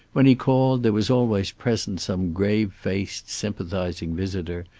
when he called there was always present some grave-faced sympathizing visitor,